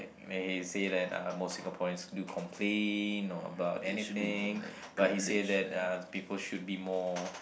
may he say that uh most Singaporeans do complain on about anything but he say that uh people should be more